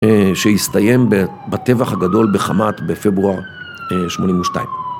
שיסתיים בטבח הגדול בחמת בפברואר 82.